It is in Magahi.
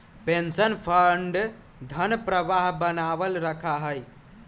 पेंशन फंड धन प्रवाह बनावल रखा हई